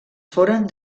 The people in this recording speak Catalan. foren